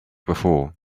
before